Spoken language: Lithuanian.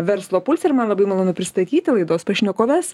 verslo pulse ir man labai malonu pristatyti laidos pašnekoves